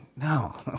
No